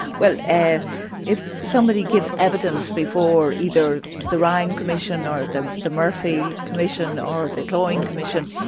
well, ah if somebody gives evidence before either the ryan commission or the the murphy commission or the cloyne commission,